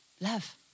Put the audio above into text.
Love